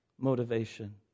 motivation